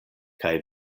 kaj